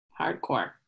Hardcore